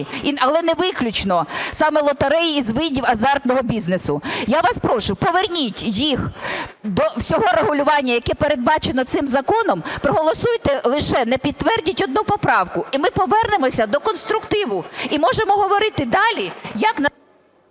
але не виключно, саме лотереї із видів азартного бізнесу. Я вас прошу, поверніть їх до цього регулювання, яке передбачено цим законом, проголосуйте, лише не підтвердьте одну поправку, і ми повернемося до конструктиву. І можемо говорити далі, як...